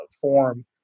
form